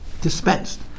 dispensed